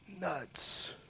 nuts